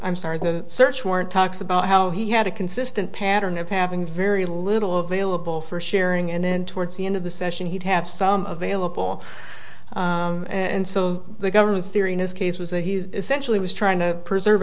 i'm sorry the search warrant talks about how he had a consistent pattern of having very little of vailable for sharing and then towards the end of the session he'd have some of vailable and so the government's theory in his case was that he's essentially was trying to preserve